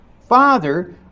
Father